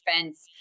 fence